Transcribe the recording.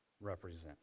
represents